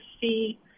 see